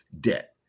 Debt